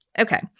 Okay